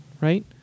right